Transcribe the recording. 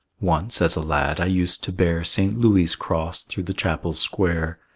once as a lad i used to bear st. louis' cross through the chapel square,